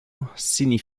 martiale